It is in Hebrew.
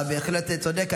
אתה בהחלט צודק.